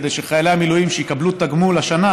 כדי שחיילי המילואים שיקבלו תגמול השנה